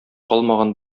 калмаган